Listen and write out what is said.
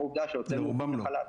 לרובם לא.